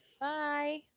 Bye